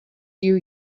you